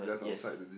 uh yes